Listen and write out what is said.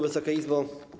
Wysoka Izbo!